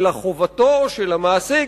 אלא חובתו של המעסיק,